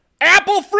Apple